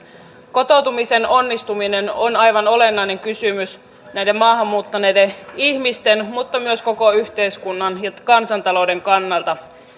kotoutumisen onnistuminen on aivan olennainen kysymys näiden maahan muuttaneiden ihmisten mutta myös koko yhteiskunnan ja kansantalouden kannalta